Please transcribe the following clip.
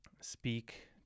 speak